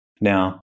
Now